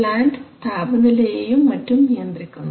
plant താപനിലയെയും മറ്റും നിയന്ത്രിക്കുന്നു